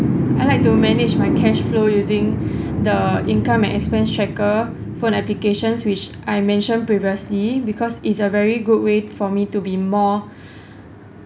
I like to manage my cash flow using the income and expense tracker phone applications which I mentioned previously because it's a very good way for me to be more